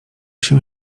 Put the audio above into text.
się